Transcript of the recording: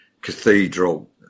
cathedral